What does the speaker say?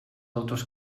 autors